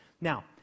Now